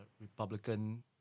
Republican